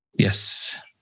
Yes